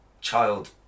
child